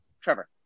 Trevor